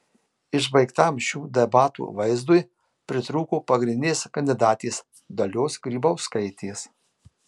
išbaigtam šių debatų vaizdui pritrūko pagrindinės kandidatės dalios grybauskaitės